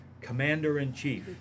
commander-in-chief